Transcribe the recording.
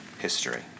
history